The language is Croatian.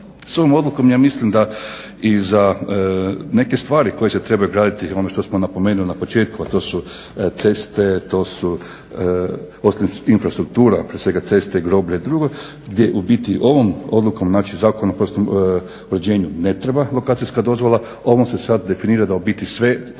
S ovom odlukom ja mislim da i za neke stvari koje se trebaju graditi, ono što smo napomenuli na početku, a to su ceste, to su … infrastruktura, prije svega cesta, groblja i drugo gdje u biti ovom odlukom, znači Zakon o prostornom uređenju ne treba lokacijska dozvola, ona se sad definira da u biti sve opet